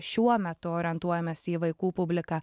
šiuo metu orientuojamės į vaikų publiką